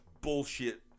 bullshit